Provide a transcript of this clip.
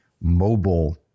mobile